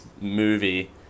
movie